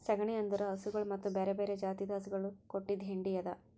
ಸಗಣಿ ಅಂದುರ್ ಹಸುಗೊಳ್ ಮತ್ತ ಬ್ಯಾರೆ ಬ್ಯಾರೆ ಜಾತಿದು ಹಸುಗೊಳ್ ಕೊಟ್ಟಿದ್ ಹೆಂಡಿ ಅದಾ